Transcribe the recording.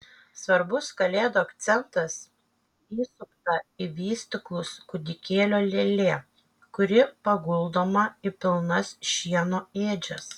svarbus kalėdų akcentas įsupta į vystyklus kūdikėlio lėlė kuri paguldoma į pilnas šieno ėdžias